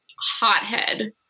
hothead